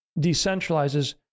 decentralizes